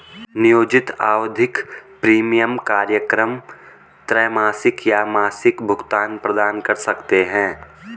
नियोजित आवधिक प्रीमियम कार्यक्रम त्रैमासिक या मासिक भुगतान प्रदान कर सकते हैं